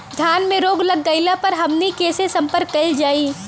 धान में रोग लग गईला पर हमनी के से संपर्क कईल जाई?